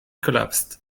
collapsed